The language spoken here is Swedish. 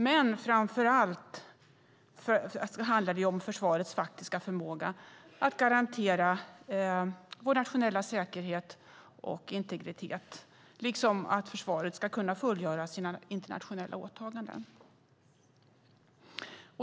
Men framför allt handlar det om försvarets faktiska förmåga att garantera vår nationella säkerhet och integritet liksom att försvaret ska kunna fullgöra sina internationella åtaganden.